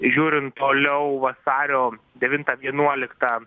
žiūrint toliau vasario devintą vienuoliktą